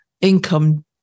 income